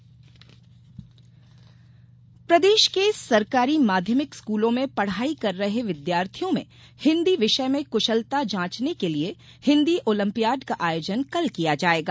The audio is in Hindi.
हिन्दी ऑलंपियाड प्रदेश के सरकारी माध्यमिक स्कूलों में पढ़ाई कर रहे विद्यार्थियों में हिन्दी विषय में कुशलता जाँचने के लिये हिन्दी ऑलंपियाड का आयोजन कल किया जायेगा